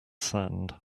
sand